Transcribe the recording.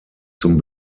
zum